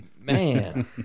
man